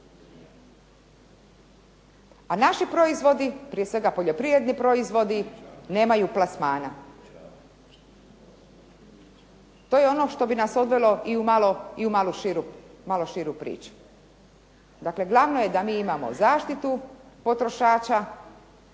A naši proizvodi, prije svega poljoprivredni proizvodi nemaju plasmana. To je ono što bi nas odvelo i u malo širu priču. Dakle, glavno je da mi imamo zaštitu potrošača,